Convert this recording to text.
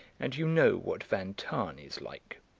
and you know what van tahn is like.